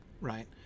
right